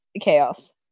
chaos